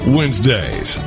Wednesdays